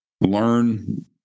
learn